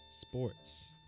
sports